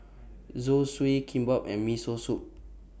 Zosui Kimbap and Miso Soup